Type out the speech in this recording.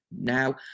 now